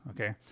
okay